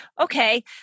okay